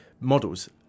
models